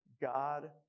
God